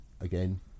again